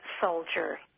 soldier